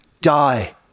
die